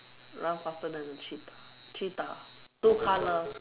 run faster than a cheetah cheetah two color